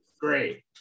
Great